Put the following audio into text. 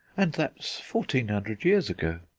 and that's fourteen hundred years ago.